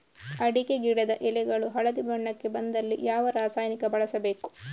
ಅಡಿಕೆ ಗಿಡದ ಎಳೆಗಳು ಹಳದಿ ಬಣ್ಣಕ್ಕೆ ಬಂದಲ್ಲಿ ಯಾವ ರಾಸಾಯನಿಕ ಬಳಸಬೇಕು?